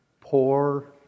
Poor